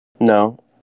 No